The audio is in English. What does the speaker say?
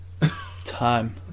Time